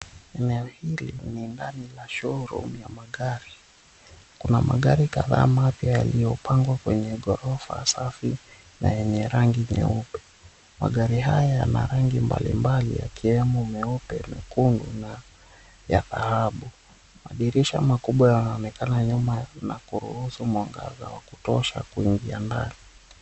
Eneo hili ni ndani la showroom ya magari. Kuna magari kadhaa mapya yaliyopangwa kwenye ghorofa safi na yenye rangi nyeupe. Magari haya yana rangi mbalimbali yakiwemo meupe, mekundu na ya dhahabu. Madirisha makubwa yanaonekana nyuma na kuruhusu mwangaza wa kutosha kuingia ndani.